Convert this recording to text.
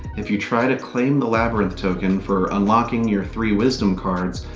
if you try to claim the labyrinth token for unlocking your three wisdom cards,